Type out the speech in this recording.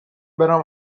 برم